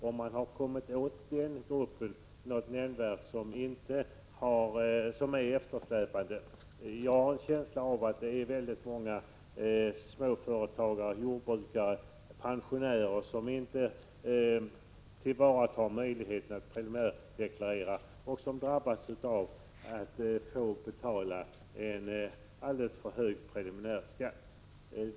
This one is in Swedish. Har man kommit åt den grupp som släpar efter? Jag har en känsla av att väldigt många småföretagare, jordbrukare och pensionärer inte tillvaratar möjligheten att preliminärdeklarera och därför drabbas av att få betala en alldeles för hög preliminärskatt.